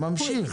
ממשיך.